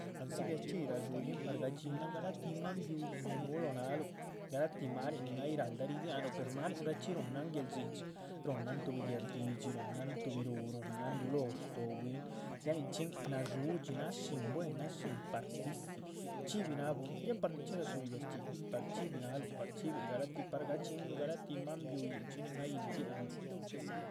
Andzi biac shchxíhyi radxúyihn para gadxínahn garatíh máan biuyihn, nin núhu lóho náahaluh, garatíh maanin nin ay ráhalda ridianuh pero maninrachxí ruhunan. guel´dxidxi ruhunan tuhbi guerdidxi, ruhunan tuhbi rúh, ruhúnan dulor stóo bwín ya nichxín nadxúdxi nadxín buen nadxí parcici chxíbi náaha bwín ya par nichxi radxuyi. biac shchxíhyi par chxíbi náahaluh par chxibil garatíh par chxinluh garatíh maan biuyin nichxín nin ay ridiah nuh.